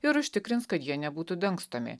ir užtikrins kad jie nebūtų dangstomi